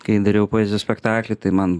kai dariau poezijos spektaklį tai man